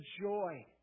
joy